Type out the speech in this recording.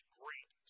great